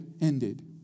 ended